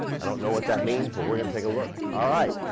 i don't know what that means, but we're gonna take a look. all right,